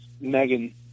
Megan